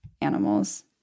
animals